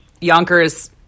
Yonkers